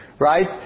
right